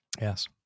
Yes